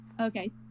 Okay